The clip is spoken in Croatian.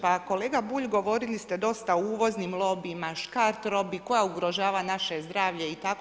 Pa kolega Bulj govorili ste dosta o uvoznim lobijima, škart robi koja ugrožava naše zdravlje i tako.